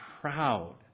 proud